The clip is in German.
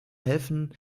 helfen